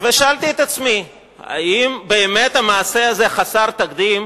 שאלתי את עצמי, האם באמת המעשה הזה חסר תקדים?